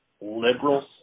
liberals